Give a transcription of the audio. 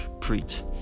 preach